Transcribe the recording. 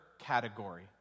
category